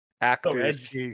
actors